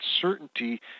certainty